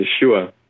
Yeshua